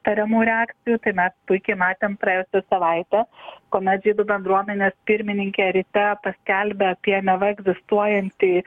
tariamų reakcijų tai mes puikiai matėm praėjusią savaitę kuomet žydų bendruomenės pirmininkė ryte paskelbė apie neva egzistuojantį